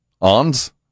Ons